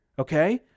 Okay